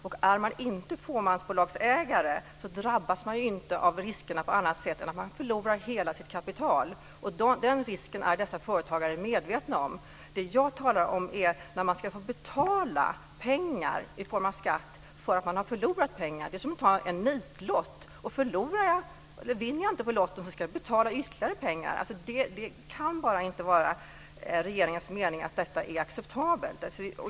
Är man inte fåmansbolagsägare drabbas man inte heller av riskerna på annat sätt än att man förlorar hela sitt kapital. Den risken är dessa företagare medvetna om. Det jag talar om är när man får betala pengar i form av skatt för att man har förlorat pengar. Det är som att ta en nitlott, och vinner jag inte på lotten ska jag betala ytterligare pengar. Det kan bara inte vara regeringens mening att detta är acceptabelt.